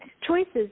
choices